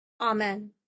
Amen